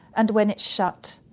and when it's shut,